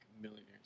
millionaires